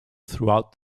throughout